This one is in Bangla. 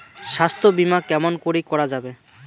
স্বাস্থ্য বিমা কেমন করি করা যাবে?